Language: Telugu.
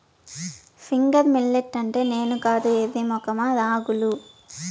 ఫింగర్ మిల్లెట్ అంటే నేను కాదు ఎర్రి మొఖమా రాగులు